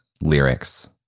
lyrics